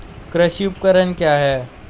कृषि उपकरण क्या है?